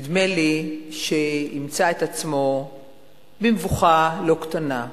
נדמה לי שימצא את עצמו במבוכה לא קטנה.